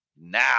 now